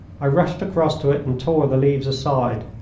i rushed across to it and tore the leaves aside.